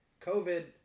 COVID